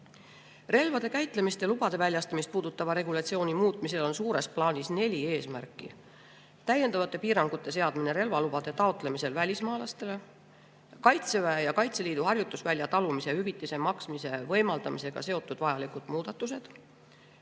Relvade käitlemist ja lubade väljastamist puudutava regulatsiooni muutmisel on suures plaanis neli eesmärki: täiendavate piirangute seadmine relvalubade taotlemisel välismaalastele, Kaitseväe ja Kaitseliidu harjutusvälja talumise hüvitise maksmise võimaldamisega seotud vajalikud muudatused,